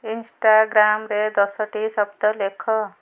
ଇନଷ୍ଟାଗ୍ରାମ୍ରେ ଦଶଟି ଶବ୍ଦ ଲେଖ